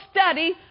study